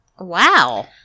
Wow